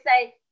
say